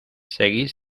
seguid